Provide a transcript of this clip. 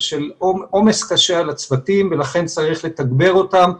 העומס הוא עומס קשה על הצוותים ולכן צריך לתגבר אותם,